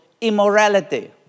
immorality